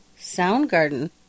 Soundgarden